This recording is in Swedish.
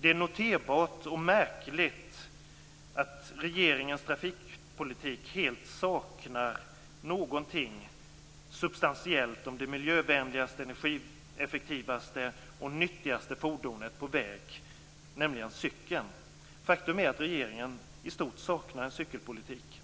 Det är noterbart och märkligt att regeringens trafikpolitik helt saknar någonting substantiellt om det miljövänligaste, energieffektivaste och nyttigaste fordonet på väg, nämligen cykeln. Faktum är att regeringen i stort saknar en cykelpolitik.